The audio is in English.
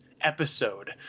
episode